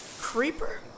Creeper